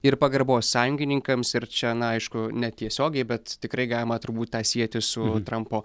ir pagarbos sąjungininkams ir čia na aišku netiesiogiai bet tikrai galima turbūt tą sieti su trampo